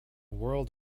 world